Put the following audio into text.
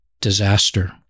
disaster